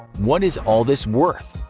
what is all this worth?